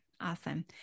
awesome